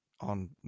on